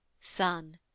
son